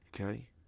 Okay